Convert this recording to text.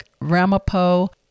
Ramapo